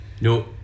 No